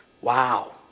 wow